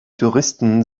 touristen